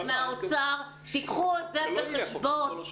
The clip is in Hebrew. כל אחד מהמורים, כל אחד מהמנהלים וכל אחד